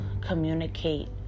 communicate